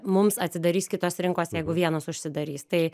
mums atsidarys kitos rinkos jeigu vienos užsidarys tai